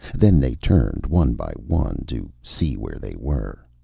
then they turned, one by one, to see where they were.